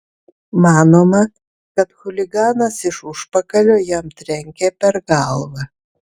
manoma kad chuliganas iš užpakalio jam trenkė per galvą